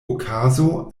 okazo